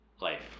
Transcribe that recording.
life